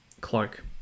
cloak